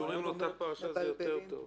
"הקשורים לאותה פרשה" זה יותר טוב.